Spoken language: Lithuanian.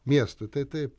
miestų tai taip